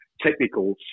technical